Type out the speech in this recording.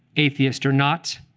atheist or not,